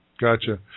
Gotcha